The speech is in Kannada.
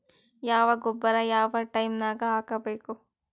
ಯಾವ ಗೊಬ್ಬರ ಯಾವ ಟೈಮ್ ನಾಗ ಹಾಕಬೇಕು?